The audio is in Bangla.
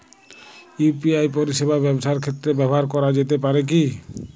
ইউ.পি.আই পরিষেবা ব্যবসার ক্ষেত্রে ব্যবহার করা যেতে পারে কি?